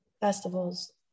festivals